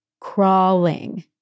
crawling